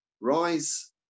rise